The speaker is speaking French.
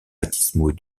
baptismaux